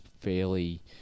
fairly